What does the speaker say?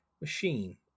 machine